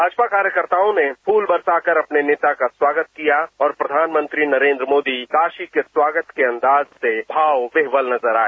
भाजपा कार्यकर्ताओं ने फूल बरसा कर अपने नेता का स्वागत किया और प्रधानमंत्री नरेन्द्र मोदी काशी के स्वागत के अंदाज से भाव विभोर नजर आए